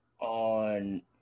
on